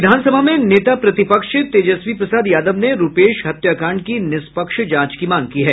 विधानसभा में नेता प्रतिपक्ष तेजस्वी प्रसाद यादव ने रूपेश हत्याकांड की निष्पक्ष जांच की मांग की है